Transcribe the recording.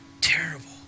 terrible